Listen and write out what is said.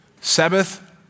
Sabbath